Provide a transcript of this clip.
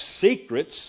secrets